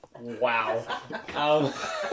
Wow